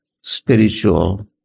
spiritual